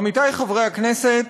עמיתי חברי הכנסת,